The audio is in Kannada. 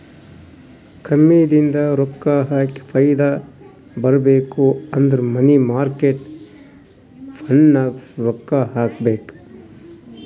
ಕಮ್ಮಿ ದಿನದಾಗ ರೊಕ್ಕಾ ಹಾಕಿ ಫೈದಾ ಬರ್ಬೇಕು ಅಂದುರ್ ಮನಿ ಮಾರ್ಕೇಟ್ ಫಂಡ್ನಾಗ್ ರೊಕ್ಕಾ ಹಾಕಬೇಕ್